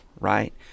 right